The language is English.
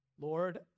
Lord